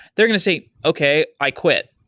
they're going to say, okay. i quit.